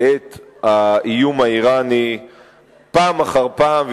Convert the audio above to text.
את נושא האיום האירני פעם אחר פעם,